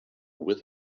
with